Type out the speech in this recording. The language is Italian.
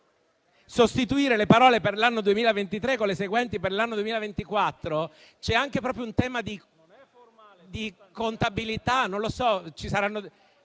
Sostituire le parole "per l'anno 2023" con le seguenti "per l'anno 2024": c'è anche proprio un tema di contabilità - non lo so - di ambito